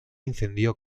incendió